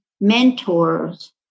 mentors